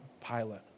pilot